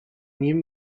nim